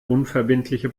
unverbindliche